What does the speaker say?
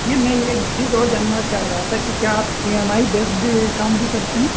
یہ میں ایک چیز اور جاننا چاہ رہا تھا کہ کیا آپ ای ایم آئی بیسڈ کام بھی کرتے ہیں